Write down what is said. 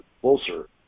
closer